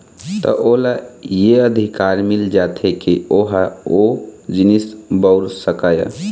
त ओला ये अधिकार मिल जाथे के ओहा ओ जिनिस बउर सकय